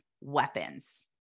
weapons